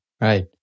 right